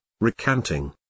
recanting